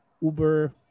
Uber